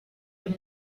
than